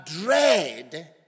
dread